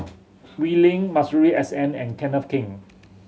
Wee Lin Masuri S N and Kenneth Keng